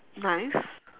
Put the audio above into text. knives